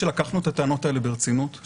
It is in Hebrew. שלקחנו את הטענות האלה ברצינות,